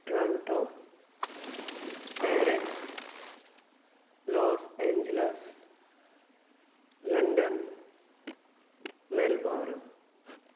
Toronto Paris Los Angeles London Melbourne